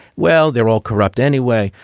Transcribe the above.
well, they're all corrupt anyway.